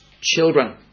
children